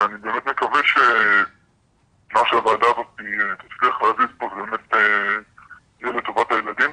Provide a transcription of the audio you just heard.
ואני באמת מקווה שהוועדה תצליח להזיז פה ויהיה לטובת הילדים.